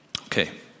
Okay